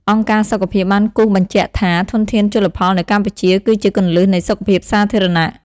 អង្គការសុខភាព បានគូសបញ្ជាក់ថា ធនធានជលផលនៅកម្ពុជាគឺជាគន្លឹះនៃសុខភាពសាធារណៈ។